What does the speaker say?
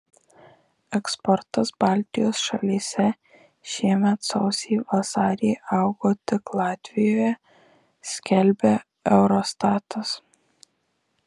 eksportas baltijos šalyse šiemet sausį vasarį augo tik latvijoje skelbia eurostatas